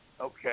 Okay